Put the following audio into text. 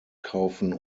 kaufen